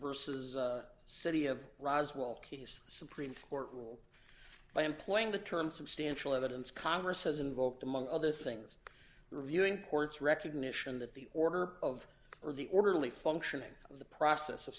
versus city of roswell case supreme court rule by employing the term substantial evidence congress has invoked among other things reviewing courts recognition that the order of or the orderly functioning of the process of